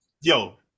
yo